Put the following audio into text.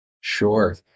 Sure